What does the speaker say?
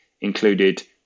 included